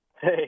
Hey